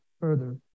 further